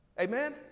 Amen